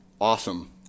awesome